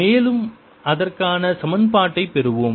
மேலும் அதற்கான சமன்பாட்டைப் பெறுவோம்